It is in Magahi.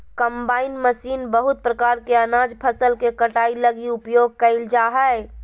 कंबाइन मशीन बहुत प्रकार के अनाज फसल के कटाई लगी उपयोग कयल जा हइ